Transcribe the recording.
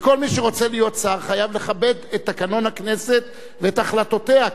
וכל מי שרוצה להיות שר חייב לכבד את תקנון הכנסת ואת החלטותיה.